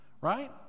right